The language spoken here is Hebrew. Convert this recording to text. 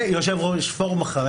ויושב-ראש פורום ה-15,